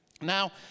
Now